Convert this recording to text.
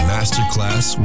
Masterclass